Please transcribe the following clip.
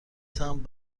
تمبر